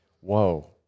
whoa